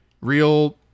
real